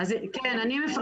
כן.